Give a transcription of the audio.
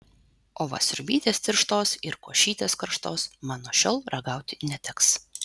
o va sriubytės tirštos ir košytės karštos man nuo šiol ragauti neteks